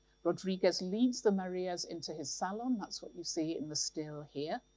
rodriguez leads the maria's into his salon. that's what you see in the still here,